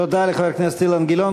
תודה לחבר הכנסת אילן גילאון.